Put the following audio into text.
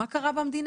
מה קרה במדינה?